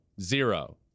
Zero